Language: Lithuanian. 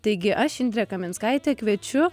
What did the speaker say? taigi aš indrė kaminskaitė kviečiu